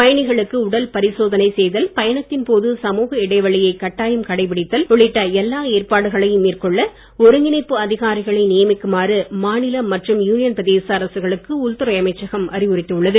பயணிகளுக்கு உடல் பரிசோதனை செய்தல் பயணத்தின் போது சமூக இடைவெளியை கட்டாயம் கடைபிடித்தல் உள்ளிட்ட எல்லா ஏற்பாடுகளை மேற்கொள்ள ஒருங்கிணைப்பு அதிகாரிகளை நியமிக்குமாறு மாநில மற்றும் யூனியன் பிரதேச அரசுகளுக்கு உள்துறை அமைச்சகம் அறிவுறுத்தி உள்ளது